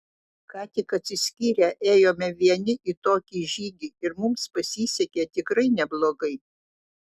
ką tik atsiskyrę ėjome vieni į tokį žygį ir mums pasisekė tikrai neblogai